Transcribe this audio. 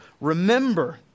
Remember